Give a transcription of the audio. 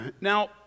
Now